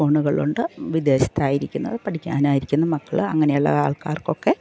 ഫോണുകളുണ്ട് വിദേശത്തായിരിക്കുന്ന പഠിക്കാനയക്കുന്ന മക്കൾ അങ്ങനെയുള്ള ആൾക്കാർക്കൊക്കെ